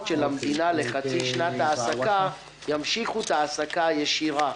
של המדינה לחצי שנת העסקה ימשיכו את ההעסקה הישירה.